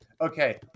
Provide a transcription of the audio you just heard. Okay